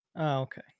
okay